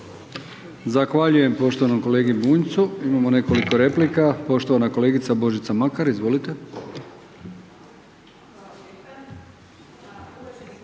Zahvaljujem državnoj tajnici. Imamo nekoliko replika, poštovana kolegica Božica Makar, izvolite.